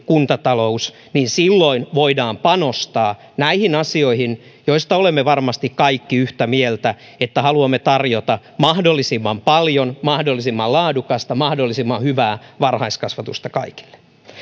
kuntatalous voidaan panostaa näihin asioihin joista olemme varmasti kaikki yhtä mieltä että haluamme tarjota mahdollisimman paljon mahdollisimman laadukasta mahdollisimman hyvää varhaiskasvatusta kaikille